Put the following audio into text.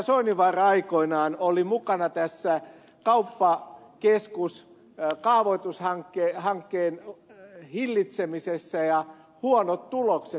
soininvaara aikoinaan oli mukana tässä kauppakeskuskaavoitushankkeen hillitsemisessä ja huonot tulokset